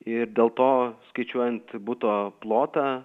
ir dėl to skaičiuojant buto plotą